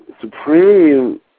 Supreme